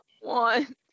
One